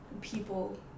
people